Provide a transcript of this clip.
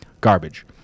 garbage